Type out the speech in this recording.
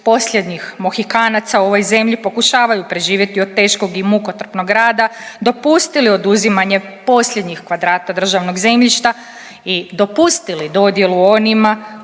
posljednjih Mohikanaca u ovoj zemlji pokušavaju preživjeti od teškog i mukotrpnog rada dopustili oduzimanje posljednjih kvadrata državnog zemljišta i dopustili dodjelu onima